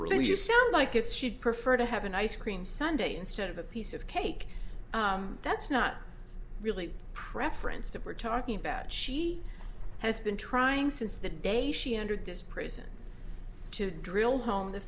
release you sound like if she'd prefer to have an ice cream sundae instead of a piece of cake that's not really preference that we're talking about she has been trying since the day she entered this prison to drill home the